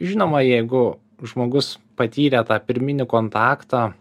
žinoma jeigu žmogus patyrė tą pirminį kontaktą